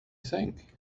think